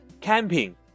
Camping